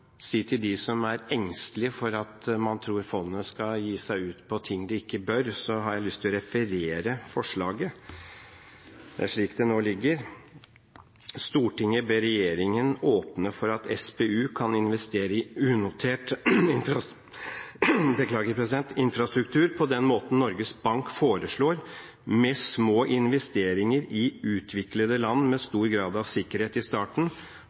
som er engstelige og tror at fondet skal begi seg ut på noe det ikke bør, har jeg lyst til å referere forslaget slik det nå ligger: «Stortinget ber regjeringen åpne for at SPU kan investere i unotert infrastruktur på den måten Norges Bank foreslår, med små investeringer i utviklede land med stor grad av sikkerhet i starten,